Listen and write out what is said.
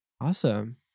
Awesome